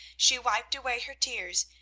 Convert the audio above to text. she wiped away her tears,